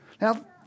Now